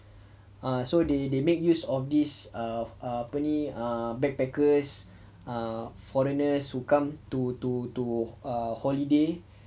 so they they make use of this err apa ni err backpackers foreigners to come to to to err holiday